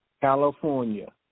California